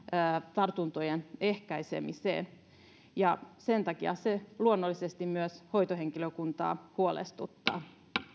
tartuntojen ehkäisemiseen ja sen takia se luonnollisesti myös hoitohenkilökuntaa huolestuttaa